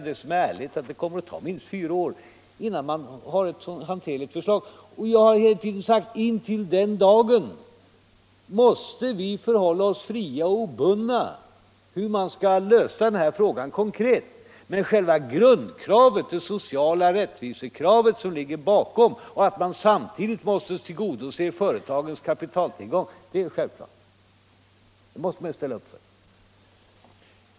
Det kommer att ta minst fyra år att få fram ett hanterligt förslag, och jag har hela tiden sagt: Intill den dagen måste vi förhålla oss fria och obundna i frågan om det praktiska genomförandet. Men själva grundkravet, det sociala rättvisekravet som ligger bakom, och kravet att samtidigt tillgodose företagens kapitaltillgång är det självklart att man måste ställa upp för.